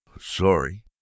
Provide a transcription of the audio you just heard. Sorry